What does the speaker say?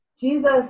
Jesus